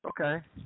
Okay